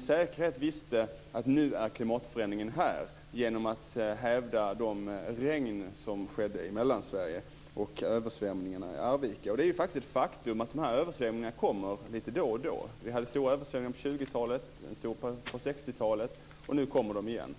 säkerhet påstod att nu var klimatförändringen här. Hon hävdade att de regn som föll över Mellansverige och översvämningarna i Arvika skulle visa detta. Det är faktiskt ett faktum att sådana här översvämningar kommer lite då och då. Vi hade stora översvämningar på 20-talet och på 60 talet, och nu kommer de ingen.